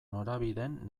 norabideen